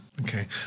Okay